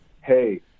hey